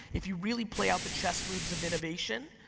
if you really play out the chess moves of innovation,